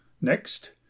Next